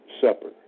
Supper